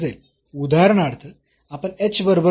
उदाहरणार्थ आपण h बरोबर 0